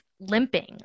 limping